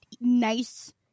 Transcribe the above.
nice